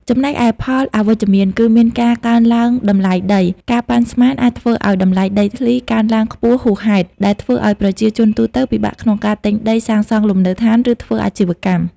ចំណែកឯផលអវិជ្ជមាន គឺមានការកើនឡើងតម្លៃដី ការប៉ាន់ស្មានអាចធ្វើឲ្យតម្លៃដីធ្លី កើនឡើងខ្ពស់ហួសហេតុ ដែលធ្វើឲ្យប្រជាជនទូទៅពិបាកក្នុងការទិញដីសាងសង់លំនៅដ្ឋាន ឬធ្វើអាជីវកម្ម។